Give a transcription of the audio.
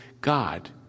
God